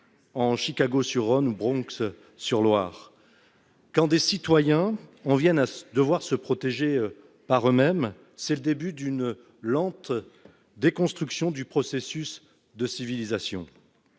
en « Chicago-sur-Rhône » ou en « Bronx-sur-Loire »? Quand des citoyens en viennent à devoir se protéger par eux-mêmes, c'est le début d'une lente déconstruction du processus de civilisation.